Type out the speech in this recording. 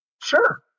Sure